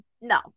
no